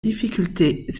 difficultés